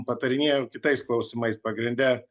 patarinėjo kitais klausimais pagrinde